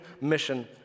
mission